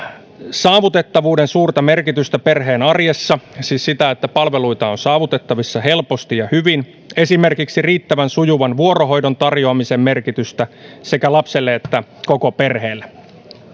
saavutettavuuden suurta merkitystä perheen arjessa siis sitä että palveluita on saavutettavissa helposti ja hyvin ja esimerkiksi riittävän sujuvan vuorohoidon tarjoamisen merkitystä sekä lapselle että koko perheelle